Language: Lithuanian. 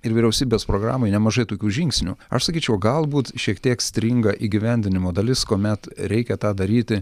ir vyriausybės programoj nemažai tokių žingsnių aš sakyčiau galbūt šiek tiek stringa įgyvendinimo dalis kuomet reikia tą daryti